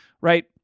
right